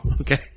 okay